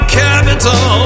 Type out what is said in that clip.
capital